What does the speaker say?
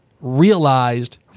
realized